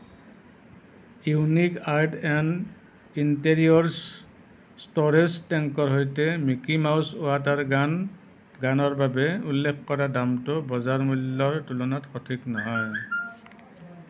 unique art and interiors storage টেংকৰ সৈতে Mickey Mouse water গানৰ বাবে উল্লেখ কৰা দামটো বজাৰ মূল্যৰ তুলনাত সঠিক নহয়